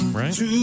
right